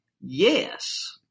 yes